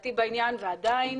דעתי בעניין, ועדיין